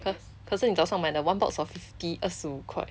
可可是你早上买的的 one box of fifty 二十五块